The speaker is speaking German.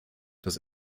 das